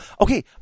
Okay